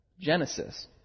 Genesis